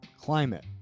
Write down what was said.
climate